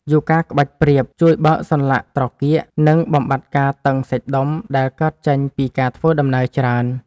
យូហ្គាក្បាច់ព្រាប ជួយបើកសន្លាក់ត្រគាក និងបំបាត់ការតឹងសាច់ដុំដែលកើតចេញពីការធ្វើដំណើរច្រើន។